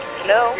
Hello